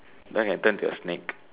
then can turn into a snake